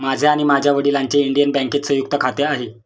माझे आणि माझ्या वडिलांचे इंडियन बँकेत संयुक्त खाते आहे